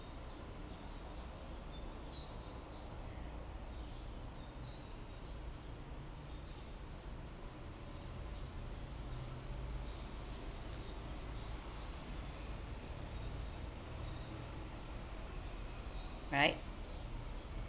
right